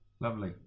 Lovely